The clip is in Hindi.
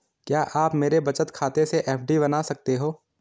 क्या आप मेरे बचत खाते से एफ.डी बना सकते हो?